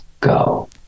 go